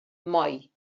moi